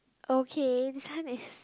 okay this kind is